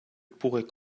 pourrait